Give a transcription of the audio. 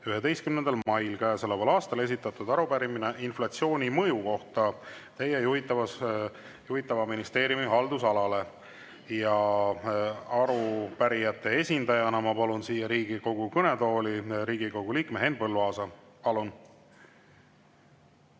11. mail käesoleval aastal esitatud arupärimine inflatsiooni mõju kohta [ministri] juhitava ministeeriumi haldusalale. Arupärijate esindajana ma palun Riigikogu kõnetooli Riigikogu liikme Henn Põlluaasa. Palun!